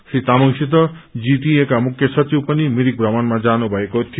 श्री तामंगसित जीटिए का मुख्य सचिव पनि मिरिक भगमणमा जानु भएको थियो